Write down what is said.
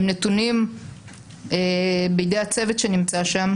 הם נתונים בידי הצוות שנמצא שם.